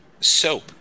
soap